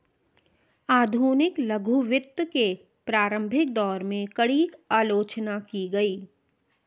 आधुनिक लघु वित्त के प्रारंभिक दौर में, कड़ी आलोचना की गई